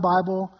Bible